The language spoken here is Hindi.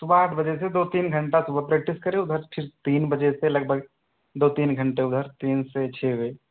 सुबह आठ बजे से दो तीन घण्टा सुबह प्रेक्टिस करे उधर फिर तीन बजे से लगभग दो तीन घंटे उधर तीन से छः हुए